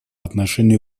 отношению